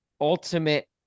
ultimate